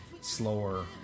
slower